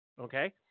okay